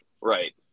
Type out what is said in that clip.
Right